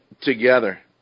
together